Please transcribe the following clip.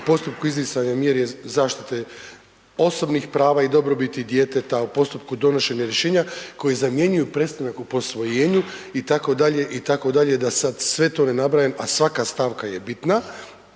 u postupku izricanja mjere zaštite osobnih prava i dobrobiti djeteta u postupku donošenja rješenja koji zamjenjuju prestanak o posvojenju itd., itd. da sad sve to ne nabrajam, a svaka stavka je bitna.